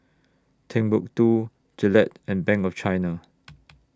Timbuk two Gillette and Bank of China